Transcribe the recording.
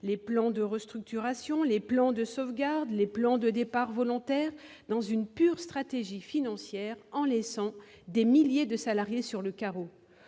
les plans de restructuration, les plans de sauvegarde, les plans de départ volontaire dans une pure stratégie financière laissant sur le carreau